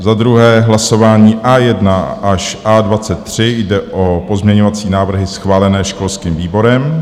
2. Hlasování A1 až A23, jde o pozměňovací návrhy schválené školským výborem.